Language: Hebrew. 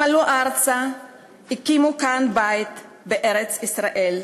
הם עלו ארצה והקימו בית כאן בארץ-ישראל.